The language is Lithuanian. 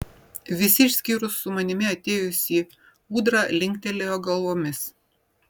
visi išskyrus su manimi atėjusįjį ūdrą linktelėjo galvomis